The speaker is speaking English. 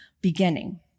beginning